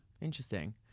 interesting